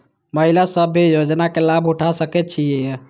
महिला सब भी योजना के लाभ उठा सके छिईय?